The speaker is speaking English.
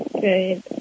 Good